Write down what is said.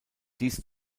dies